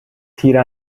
تیر